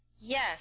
Yes